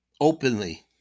openly